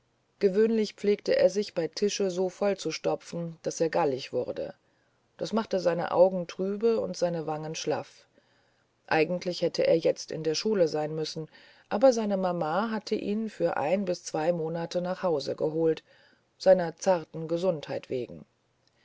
gewöhnlich pflegte er sich bei tische so vollzupfropfen daß er gallig wurde das machte seine augen trübe und seine wangen schlaff eigentlich hätte er jetzt in der schule sein müssen aber seine mama hatte ihn für ein bis zwei monate nach hause geholt seiner zarten gesundheit wegen